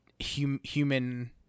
human